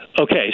Okay